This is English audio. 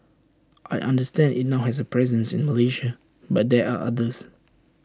I understand IT now has A presence in Malaysia but there are others